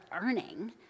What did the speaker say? earning